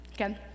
okay